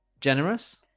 generous